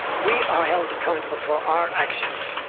we are held accountable for our actions,